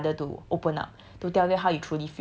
towards strangers you find it harder to open up